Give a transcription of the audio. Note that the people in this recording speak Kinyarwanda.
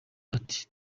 ati